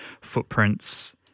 footprints